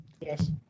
Yes